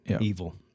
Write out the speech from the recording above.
evil